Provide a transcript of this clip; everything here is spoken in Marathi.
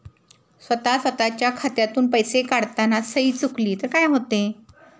स्वतः स्वतःच्या खात्यातून पैसे काढताना सही चुकली तर काय होते?